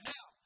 Now